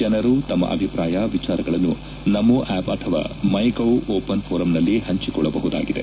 ಜನರು ತಮ್ಮ ಅಭಿಪ್ರಾಯ ವಿಚಾರಗಳನ್ನು ನಮೋ ಆ್ವಪ್ ಅಥವಾ ಮ್ನೆಗೌ ಓಪನ್ ಘೋರಂನಲ್ಲಿ ಪಂಚಿಕೊಳ್ಳಬಹುದಾಗಿದೆ